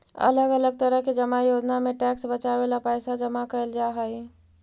अलग अलग तरह के जमा योजना में टैक्स बचावे ला पैसा जमा कैल जा हई